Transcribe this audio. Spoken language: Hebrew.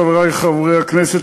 חברי חברי הכנסת,